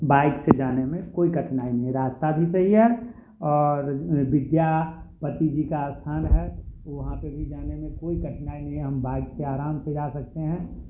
bike से जाने में कोई कठिनाई नहीं रास्ता भी सही है और विद्यापति जी का स्थान है वहाँ पर भी जाने में कोई कठिनाई नहीं है बाइक से आराम से जा सकते हैं